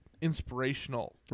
inspirational